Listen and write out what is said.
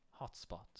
hotspot